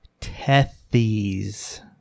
Tethys